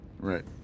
Right